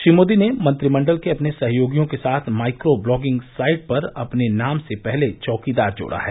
श्री मोदी ने मंत्रिमंडल के अपने सहयोगियों के साथ माइक्रो ब्लोगिंग साइट पर अपने नाम से पहले चौकीदार जोड़ा है